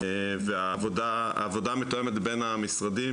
והעבודה מתואמת בין המשרדים,